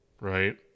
Right